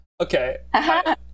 Okay